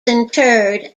interred